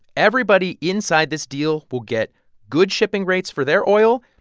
everybody inside this deal will get good shipping rates for their oil.